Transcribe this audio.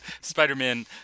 Spider-Man